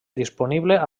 disponible